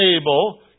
able